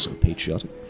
patriotic